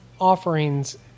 offerings